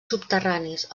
subterranis